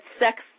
sex